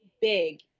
big